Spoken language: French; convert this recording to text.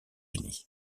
unis